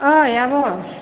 ओइ आब'